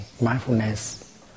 mindfulness